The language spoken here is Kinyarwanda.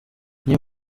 niyo